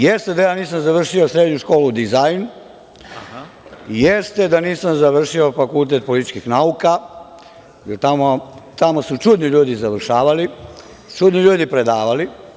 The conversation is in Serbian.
Jeste da ja nisam završio srednju školu za dizajn, jeste da nisam završio FPN, jer tamo su čudni ljudi završavali, čudni ljudi predavali.